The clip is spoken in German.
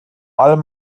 allem